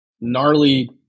gnarly